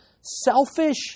selfish